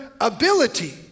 ability